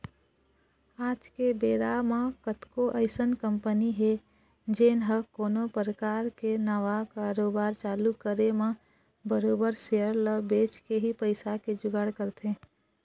आज के बेरा म कतको अइसन कंपनी हे जेन ह कोनो परकार के नवा कारोबार चालू करे म बरोबर सेयर ल बेंच के ही पइसा के जुगाड़ करथे